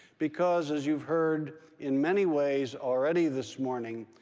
because, as you've heard in many ways already this morning,